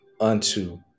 unto